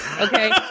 Okay